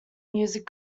music